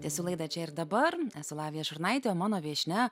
tęsiu laidą čia ir dabar esu lavija šurnaitė o mano viešnia